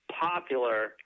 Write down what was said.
popular